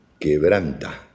Quebranta